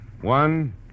One